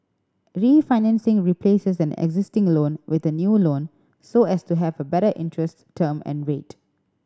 refinancing replaces an existing loan with a new loan so as to have a better interest term and rate